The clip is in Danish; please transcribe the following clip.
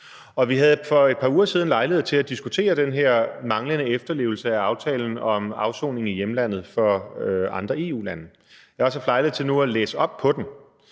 Vi havde for et par uger siden lejlighed til at diskutere den her manglende efterlevelse af aftalen om afsoning i hjemlandet for andre EU-lande. Jeg har også haft lejlighed til nu at læse op på den,